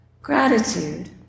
Gratitude